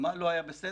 מה לא היה בסדר?